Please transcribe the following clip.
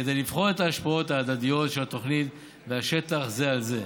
כדי לבחון את ההשפעות ההדדיות של התוכנית והשטח זה על זה.